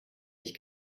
ich